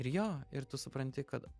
ir jo ir tu supranti kad